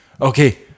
okay